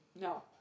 no